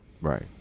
right